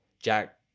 jack